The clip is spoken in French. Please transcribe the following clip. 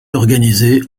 organisé